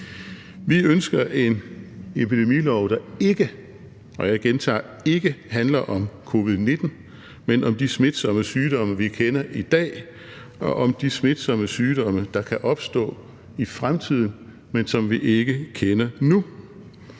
ikke – og jeg gentager ikke – handler om covid-19, men om de smitsomme sygdomme, vi kender i dag, og om de smitsomme sygdomme, der kan opstå i fremtiden, men som vi ikke kender nu.